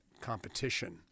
competition